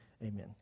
amen